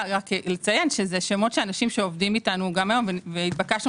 אציין שזה שמות של אנשים שעובדים איתנו גם היום ונתבקשנו